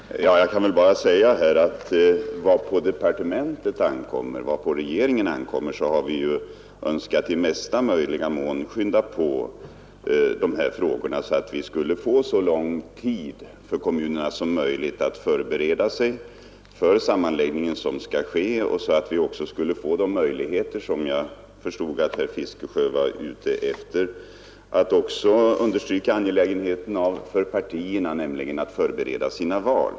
Herr talman! Jag kan bara säga att vad på departementet och regeringen ankommer, så har vi ju önskat skynda på dessa frågor för att kommunerna skulle få så lång tid som möjligt att förbereda sig för den sammanläggning som skall ske och för att också partierna skulle få 15 tillfälle att, som herr Fiskesjö underströk, förbereda sina val.